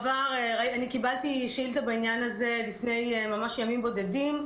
קיבלתי שאילתה בעניין הזה ממש לפני ימים בודדים.